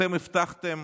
אתם הבטחתם